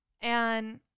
And-